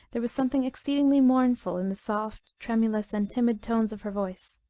there was something exceedingly mournful in the soft, tremulous, and timid tones of her voice.